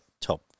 top